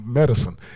medicine